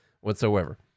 whatsoever